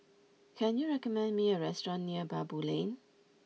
can you recommend me a restaurant near Baboo Lane